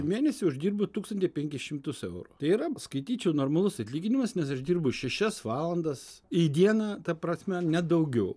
mėnesį uždirbu tūkstantį penkis šimtus eurų tai yra skaityčiau normalus atlyginimas nes aš dirbu šešias valandas į dieną ta prasme ne daugiau